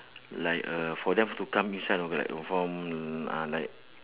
like uh for them to come inside a bit like from uh like